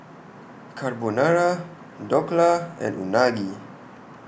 Carbonara Dhokla and Unagi